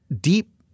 deep